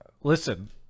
Listen